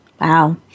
Wow